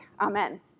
amen